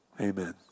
Amen